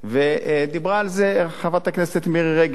ודיברה על זה חברת הכנסת מירי רגב,